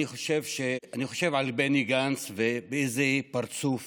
אני חושב על בני גנץ ובאיזה פרצוף